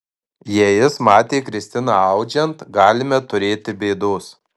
jei jis matė kristiną audžiant galime turėti bėdos